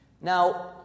Now